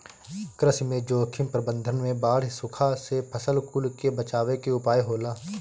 कृषि में जोखिम प्रबंधन में बाढ़ या सुखा से फसल कुल के बचावे के उपाय होला